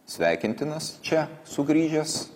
sveikintinas čia sugrįžęs